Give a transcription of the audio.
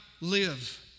live